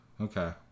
Okay